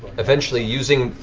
eventually using,